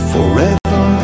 Forever